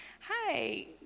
hi